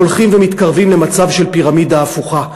הולכים ומתקרבים למצב של פירמידה הפוכה.